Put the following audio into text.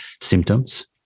symptoms